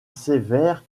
sévère